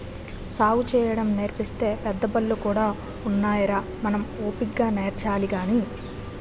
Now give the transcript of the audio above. సాగుసేయడం నేర్పించే పెద్దబళ్ళు కూడా ఉన్నాయిరా మనం ఓపిగ్గా నేర్చాలి గాని